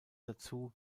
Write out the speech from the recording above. dazu